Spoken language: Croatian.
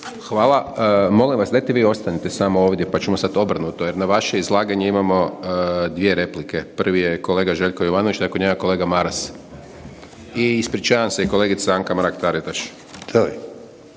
Hvala. Molim vas dajte mi ostanite samo ovdje, pa ćemo sad obrnuto jer na vaše izlaganje imamo 2 replike. Prvi je kolega Željko Jovanović, nakon njega kolega Maras. I ispričavam se i kolegica Anka Mrak Taritaš.